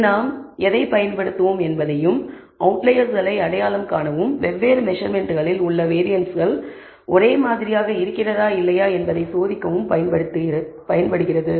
இது நாம் எதைப் பயன்படுத்துவோம் என்பதையும் அவுட்லையெர்ஸ்களை அடையாளம் காணவும் வெவ்வேறு மெசர்மென்ட்களில் உள்ள வேரியன்ஸ்கள் ஒரே மாதிரியாக இருக்கிறதா இல்லையா என்பதை சோதிக்கவும் பயன்படுகிறது